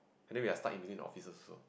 and then we are stuck in between the offices also